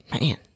Man